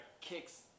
kicks